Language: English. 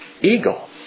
eagle